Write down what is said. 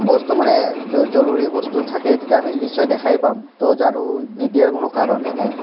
বস্তু মানে জৰুৰী বস্তু থাকে তেতিয়া আমি নিশ্চয় দেখাই পাম তো ঝাৰু নিদিয়াৰ কোনো কাৰণেই নাই